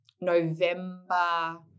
November